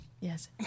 Yes